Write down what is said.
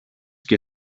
και